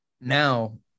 now